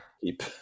keep